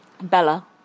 Bella